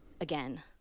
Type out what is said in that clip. again